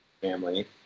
family